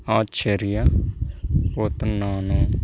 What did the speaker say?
ఆశ్చర్య పోతున్నాను